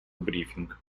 брифинг